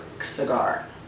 cigar